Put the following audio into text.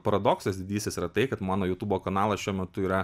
paradoksas didysis yra tai kad mano jutubo kanalas šiuo metu yra